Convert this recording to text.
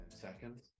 seconds